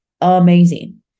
amazing